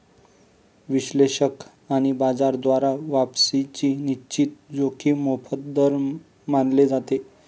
विश्लेषक आणि बाजार द्वारा वापसीची निश्चित जोखीम मोफत दर मानले जाते